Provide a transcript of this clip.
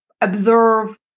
observe